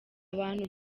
abantu